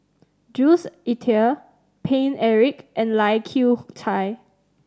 Jules Itier Paine Eric and Lai Kew Chai